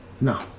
No